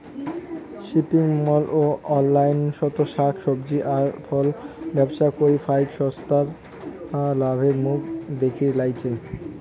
shopping mall ও অনলাইনত শাক সবজি আর ফলব্যবসা করি ফাইক সংস্থা লাভের মুখ দ্যাখির নাইগচে